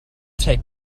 take